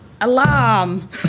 Alarm